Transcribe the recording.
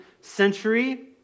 century